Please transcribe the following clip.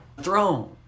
Throne